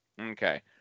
Okay